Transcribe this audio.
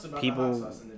people